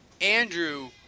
Andrew